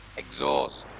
exhaust